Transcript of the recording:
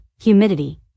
humidity